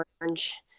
orange